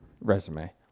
resume